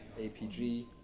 APG